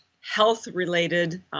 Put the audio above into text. health-related